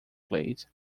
played